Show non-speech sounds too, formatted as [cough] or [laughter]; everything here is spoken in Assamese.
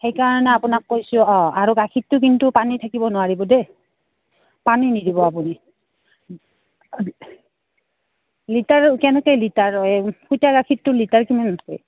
সেইকাৰণে আপোনাক কৈছোঁ অঁ আৰু গাখীৰতটো কিন্তু পানী থাকিব নোৱাৰিব দেই পানী নিদিব আপুনি লিটাৰ কেনেকে লিটাৰ [unintelligible] গাখীৰটো লিটাৰ কিমান নকয়